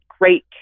great